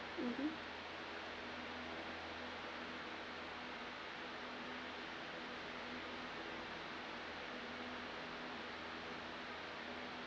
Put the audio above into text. mmhmm